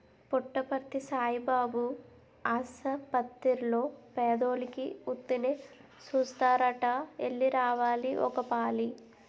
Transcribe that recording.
పుట్టపర్తి సాయిబాబు ఆసపత్తిర్లో పేదోలికి ఉత్తినే సూస్తారట ఎల్లి రావాలి ఒకపాలి